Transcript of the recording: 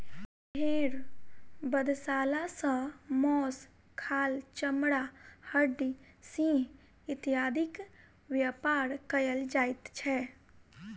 भेंड़ बधशाला सॅ मौस, खाल, चमड़ा, हड्डी, सिंग इत्यादिक व्यापार कयल जाइत छै